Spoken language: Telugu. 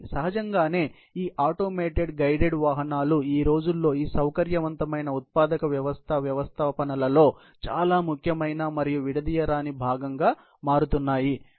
సహజంగానే ఈ ఆటోమేటెడ్ గైడెడ్ వాహనాలు ఈ రోజుల్లో ఈ సౌకర్యవంతమైన ఉత్పాదక వ్యవస్థ వ్యవస్థాపనలలో చాలా ముఖ్యమైన మరియు విడదీయరాని భాగంగా మారుతున్నాయి